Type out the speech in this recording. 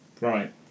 right